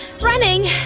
running